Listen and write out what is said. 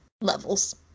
levels